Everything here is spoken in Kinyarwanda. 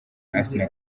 asinah